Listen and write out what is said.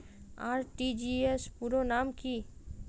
RTGS পুরো নাম কি?